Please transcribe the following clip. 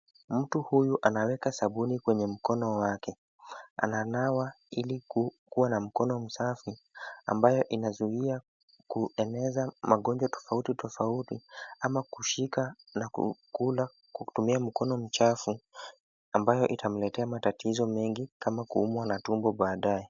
Mtu huyu anaweka sabuni kwenye mkono wake. Ananawa ili kuwa na mkono msafi, ambayo inazuia kueneza magonjwa tofauti tofauti, ama kushika na kukula kwa kutumia mkono mchafu. Ambayo itamletea matatizo mengi, kama kuumwa na tumbo baadae.